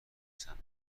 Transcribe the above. سمعک